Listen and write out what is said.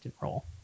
role